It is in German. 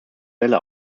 welle